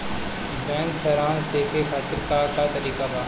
Bank सराश देखे खातिर का का तरीका बा?